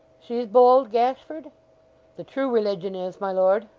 she's bold, gashford the true religion is, my lord